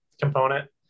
component